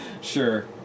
sure